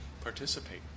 participate